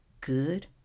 good